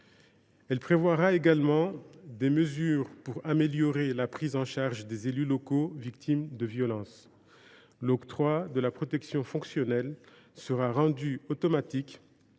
texte prévoit également des mesures pour améliorer la prise en charge des élus locaux victimes de violences. L’octroi de la protection fonctionnelle sera automatique